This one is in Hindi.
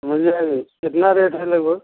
मिल जाएगी कितना रेट है लगभग